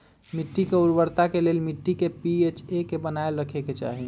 मिट्टी के उर्वरता के लेल मिट्टी के पी.एच के बनाएल रखे के चाहि